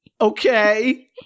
Okay